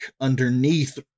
underneath